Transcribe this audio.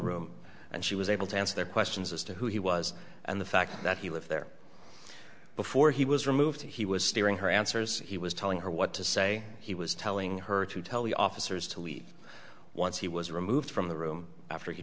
room and she was able to answer their questions as to who he was and the fact that he lived there before he was removed he was steering her answers he was telling her what to say he was telling her to tell the officers to leave once he was removed from the room after he